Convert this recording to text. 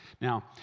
Now